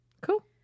Cool